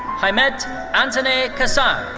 haimet anteneh kassaye.